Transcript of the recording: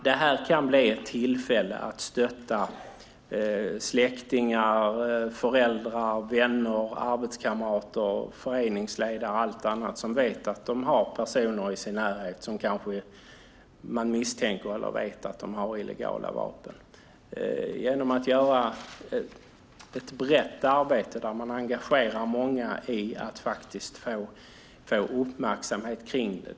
Det kan bli ett tillfälle att stötta släktingar, föräldrar, vänner, arbetskamrater, föreningsledare och andra som vet att de i sin närhet har någon som de kanske misstänker eller vet har illegala vapen. Det ska vara ett brett arbete som engagerar många i att faktiskt få uppmärksamhet kring detta.